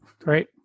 Great